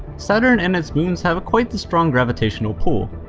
saturn and its moons have a quite the strong gravitational pull,